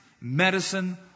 medicine